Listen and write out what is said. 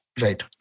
Right